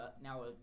now